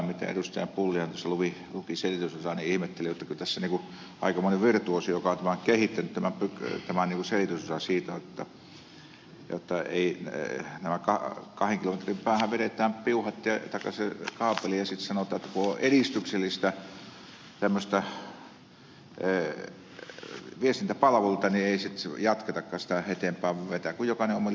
pulliainen tuossa luki ihmettelin jotta kyllä tässä aikamoinen virtuoosi on se joka on tämän selitysosan kehittänyt jotta kahden kilometrin päähän vedetään kaapeli ja sitten sanotaan että kun nämä ovat edistyksellisiä viestintäpalveluita niin ei jatketakaan sitä eteenpäin vetäköön jokainen omilla kustannuksillaan